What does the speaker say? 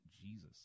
Jesus